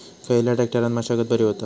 खयल्या ट्रॅक्टरान मशागत बरी होता?